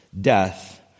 death